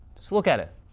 just look at it.